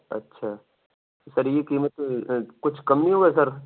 اچھا سر یہ قیمت کچھ کم نہیں ہوگا سر